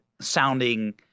sounding